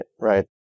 right